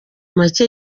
make